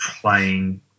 playing